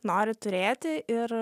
nori turėti ir